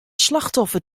slachtoffer